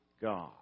God